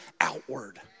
outward